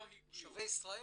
הגיעו.